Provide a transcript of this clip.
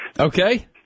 Okay